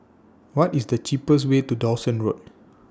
What IS The cheapest Way to Dawson Road